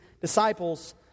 disciples